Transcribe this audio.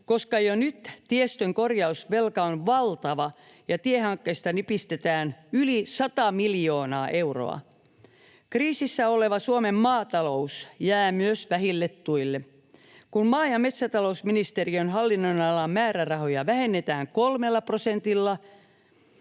koska jo nyt tiestön korjausvelka on valtava ja tiehankkeista nipistetään yli 100 miljoonaa euroa. Kriisissä oleva Suomen maatalous jää myös vähille tuille. Kun maa‑ ja metsätalousministeriön hallinnonalan määrärahoja vähennetään kolmella prosentilla,